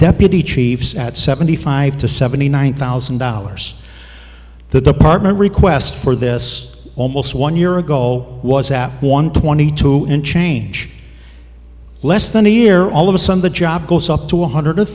deputy chiefs at seventy five to seventy nine thousand dollars the department request for this almost one year ago was at one twenty two and change less than a year all of some the job goes up to one hundred